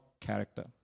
character